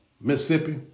Mississippi